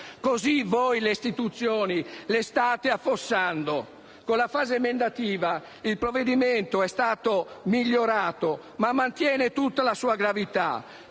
Così voi le istituzioni le state affossando! Con la fase emendativa il provvedimento è stato migliorato, ma mantiene tutta la sua gravità: